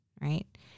right